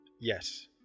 Yes